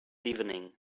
evening